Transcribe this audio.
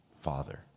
father